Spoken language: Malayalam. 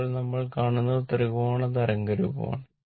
ഇപ്പോൾ നമ്മൾ കാണുന്നത് ത്രികോണ തരംഗ രൂപമാണ്